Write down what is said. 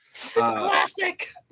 Classic